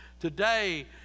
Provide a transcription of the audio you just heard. today